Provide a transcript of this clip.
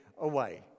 away